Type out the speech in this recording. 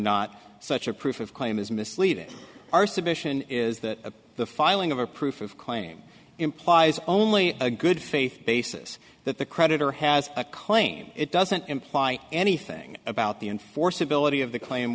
not such a proof of claim is misleading our submission is that the filing of a proof of claim implies only a good faith basis that the creditor has a claim it doesn't imply anything about the enforceability of the cla